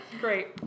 Great